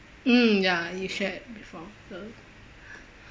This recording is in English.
mm ya you shared before